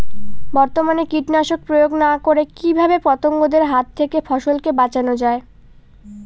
বর্তমানে কীটনাশক প্রয়োগ না করে কিভাবে পতঙ্গদের হাত থেকে ফসলকে বাঁচানো যায়?